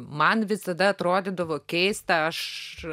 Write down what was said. man visada atrodydavo keista aš